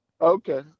Okay